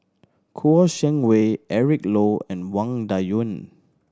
Kouo Shang Wei Eric Low and Wang Dayuan